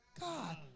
God